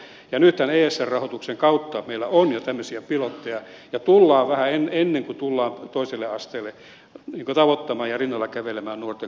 nythän esr rahoituksen kautta meillä on jo tämmöisiä pilotteja ja tullaan vähän ennen kuin tullaan toiselle asteelle tavoittamaan ja rinnalla kävelemään nuorten kanssa